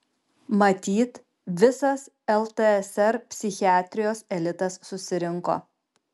matyt visas ltsr psichiatrijos elitas susirinko